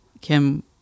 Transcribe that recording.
Kim